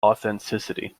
authenticity